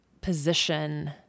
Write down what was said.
position